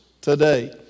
today